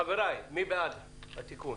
חבריי, מי בעד התיקון?